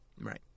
Right